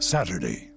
Saturday